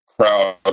crowd